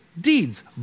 deeds